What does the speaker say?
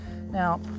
Now